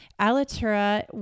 Alatura